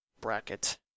bracket